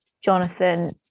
Jonathan